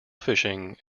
fishing